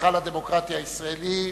להיכל הדמוקרטיה הישראלית.